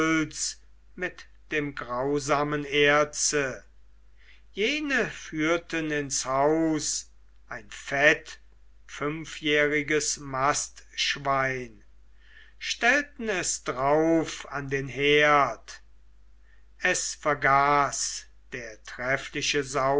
mit dem grausamen erze jene führten ins haus ein fett fünfjähriges mastschwein stellten es drauf an den herd es vergaß der treffliche